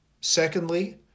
Secondly